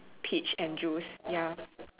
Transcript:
peach and juice ya